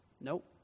Nope